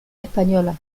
española